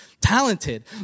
talented